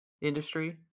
industry